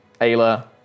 Ayla